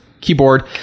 keyboard